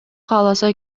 кааласа